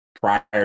prior